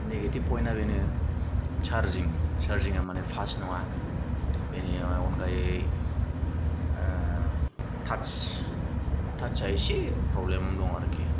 negative पयेन्ता बेनो charging चार्जिङा माने पास्ट नङा बेनि अनगायै टाच टाचा एसे प्रब्लेम दं आरोखि